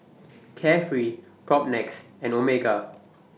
Carefree Propnex and Omega